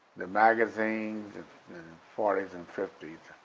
the magazines in the forties and fifties,